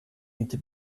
inte